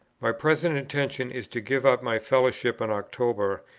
my present intention is to give up my fellowship in october,